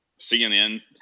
CNN